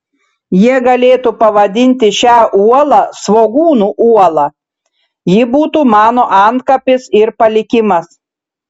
jie galėtų pavadinti šią uolą svogūnų uola ji būtų mano antkapis ir palikimas